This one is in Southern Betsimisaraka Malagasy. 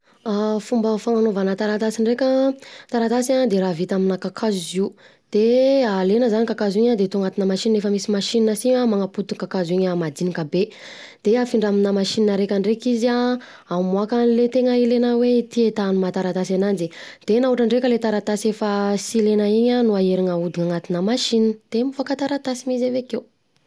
Fomba fagnanaovna taratasy ndreka, taratasy de raha vita aminà kakazo izy io, de alaina zany kakazo iny de atao anatina machine de efa misy machine si an manapotika kakazo iny majinika be de afindra amilna machine reka ndreka izy an hamoaka anle tegna ilaina hoe ity etat maha taratasy ananjy de na ohatra ndreka le taratasy efa sy ilaina iny an no aherina ahodina anatina machine, de mivoaka taratasy mi izy avekeo.